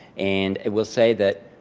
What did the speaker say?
and it will say that,